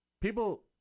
People